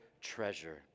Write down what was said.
treasure